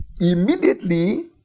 immediately